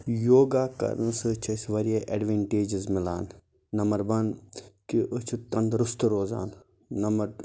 یوگا کَرنہٕ سۭتۍ چھِ اَسہِ واریاہ اٮ۪ڈِونٹیٚجٕز مِلان نَمبر وَن کہِ أسۍ چھِ تَندرُست روزان نَمبر